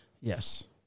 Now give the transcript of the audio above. Yes